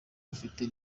rufite